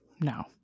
no